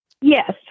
Yes